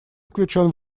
включен